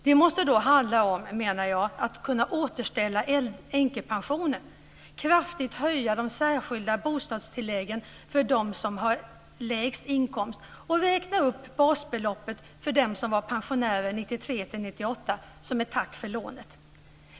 Det måste då handla om ett återställande av änkepensionen, en kraftig höjning av det särskilda bostadstillägget för dem som har lägst inkomst och - som ett tack för lånet - en uppräkning av basbeloppet för dem som vara folkpensionärer 1993-1998.